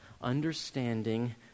understanding